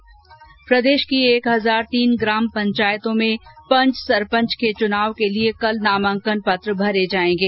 ् प्रदेश की एक हज़ार तीन ग्राम पंचायतों में पंच और सरपंच के चुनाव के लिए कल नामांकन पत्र भरे जाएंगे